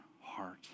heart